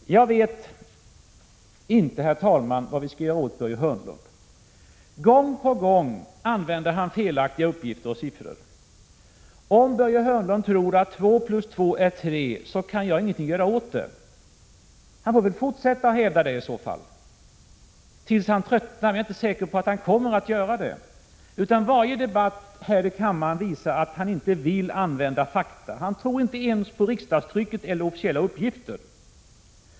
Jag vet inte, herr talman, vad vi skall göra åt Börje Hörnlund. Gång på gång använder han felaktiga uppgifter och siffror. Om Börje Hörnlund tror att två plus två är tre, kan jag inte göra någonting åt det. Han får väl fortsätta att hävda detii så fall, tills han tröttnar. Jag är inte säker på att han kommer att göra det. Varje debatt här i kammaren visar att han inte vill använda fakta. Han tror inte ens på riksdagstrycket eller andra officiella uppgifter.